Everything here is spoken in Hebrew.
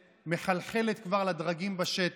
ובקרוב, חברי סמי אבו שחאדה,